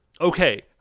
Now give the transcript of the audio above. Okay